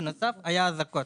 ובנוסף היו אזעקות.